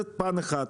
זה פן אחד.